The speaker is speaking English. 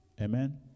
Amen